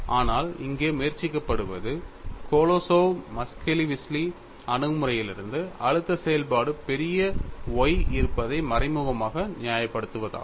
ஆனால் இங்கே முயற்சிக்கப்படுவது கோலோசோவ் மஸ்கெலிஷ்விலி அணுகுமுறையிலிருந்து அழுத்த செயல்பாடு பெரிய Y இருப்பதை மறைமுகமாக நியாயப்படுத்துவதாகும்